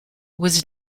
was